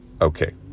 Okay